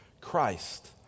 Christ